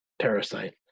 Parasite